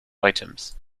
items